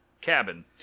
cabin